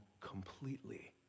completely